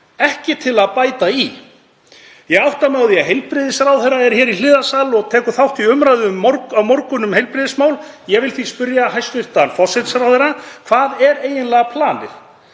ekki til að bæta í. Ég átta mig á því að heilbrigðisráðherra er hér í hliðarsal og tekur þátt í umræðu á morgun um heilbrigðismál. Ég vil því spyrja hæstv. forsætisráðherra: Hvað er eiginlega planið?